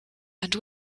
and